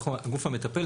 אנחנו הגוף המטפל,